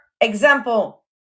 example